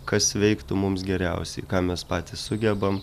kas veiktų mums geriausiai ką mes patys sugebam